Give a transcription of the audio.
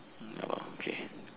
ya okay